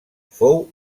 fou